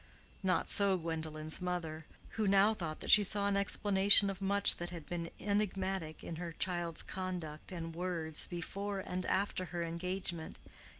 not so gwendolen's mother, who now thought that she saw an explanation of much that had been enigmatic in her child's conduct and words before and after her engagement,